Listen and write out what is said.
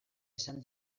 izan